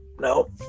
No